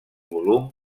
volum